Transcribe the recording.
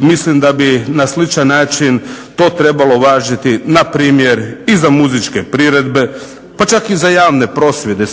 mislim da bi na sličan način to trebalo važiti i za muzičke priredbe, pa čak i za javne prosvjede,